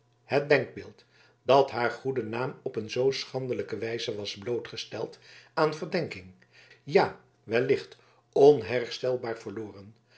het denkbeeld dat haar goede naam op een zoo schandelijke wijze was blootgesteld aan verdenking ja wellicht onherstelbaar verloren